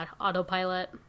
autopilot